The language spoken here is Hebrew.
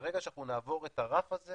ברגע שאנחנו נעבור את הרף הזה